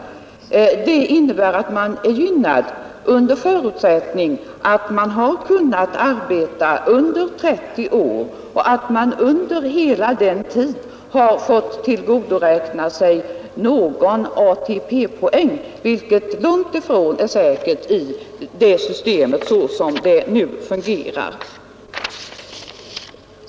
Bestämmelserna innebär att den korttidsanställde är gynnad under förutsättning att han kunnat arbeta under 30 år och under hela den tiden har fått tillgodoräkna sig någon ATP-poäng, vilket är långt ifrån säkert så som systemet nu fungerar.